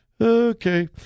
Okay